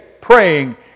praying